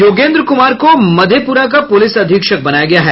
योगेन्द्र कुमार को मधेपुरा का पुलिस अधीक्षक बनाया गया है